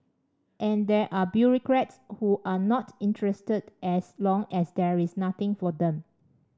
and there are bureaucrats who are not interested as long as there is nothing for them